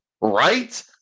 right